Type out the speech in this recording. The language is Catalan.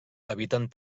habiten